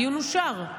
הדיון אושר.